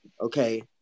okay